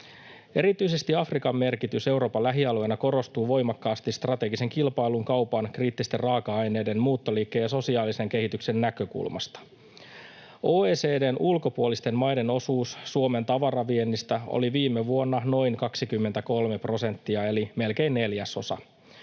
Erityisesti Afrikan merkitys Euroopan lähialueena korostuu voimakkaasti strategisen kilpailun, kaupan, kriittisten raaka-aineiden, muuttoliikkeen ja sosiaalisen kehityksen näkökulmasta. OECD:n ulkopuolisten maiden osuus Suomen tavaraviennistä oli viime vuonna noin 23 prosenttia eli melkein neljäsosa.